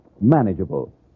manageable